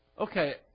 Okay